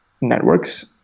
networks